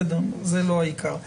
זה לא העיקר.